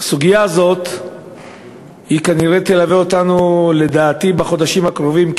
הסוגיה הזאת כנראה תלווה אותנו בחודשים הקרובים,